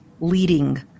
leading